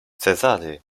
cezary